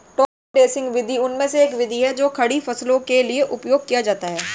top dressing विधि उनमें से एक विधि है जो खड़ी फसलों के लिए उपयोग किया जाता है